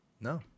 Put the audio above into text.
No